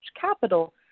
capital